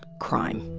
crime.